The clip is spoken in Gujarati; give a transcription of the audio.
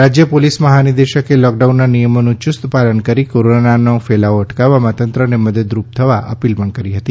રાજ્ય પોલિસ મહાનિદેશકે લોકડાઉનના નિયમોનું ચુસ્ત પાલન કરી કોરોનાનો ફેલાવો અટકાવવામાં તંત્રને મદદરૂપ થવા અપીલ પણ કરી હતી